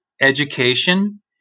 education